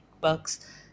bucks